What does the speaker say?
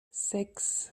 sechs